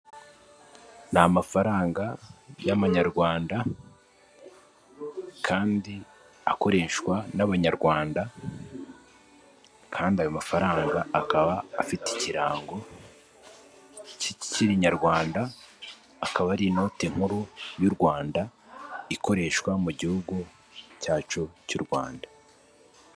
Ni amafaranga y'amanyarwanda kandi akoreshwa n'abanyarwanda kandi ayo mafaranga akaba afite ikirango cy'ikinyarwanda, akaba ari inoti nkuru y'u Rwanda ikoreshwa mu gihugu cyacu cy'u Rwanda.